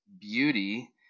beauty